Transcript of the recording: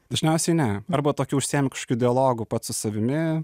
dažniausiai ne arba tokiu užsiimi kažkokiu dialogu pats su savimi